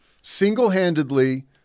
Single-handedly